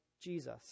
Jesus